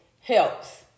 helps